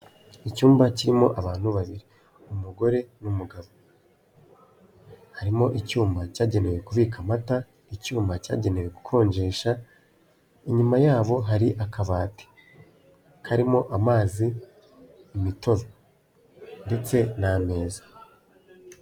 Icyumba kirimo abantu babiri, umugore n'umugabo, harimo icyuma cyagenewe kubika amata, icyuma cyagenewe gukonjesha, inyuma yabo hari akabati karimo amazi, imitobe ndetse n'ameza.